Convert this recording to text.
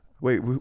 Wait